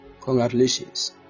congratulations